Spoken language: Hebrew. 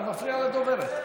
אתה מפריע לדוברת.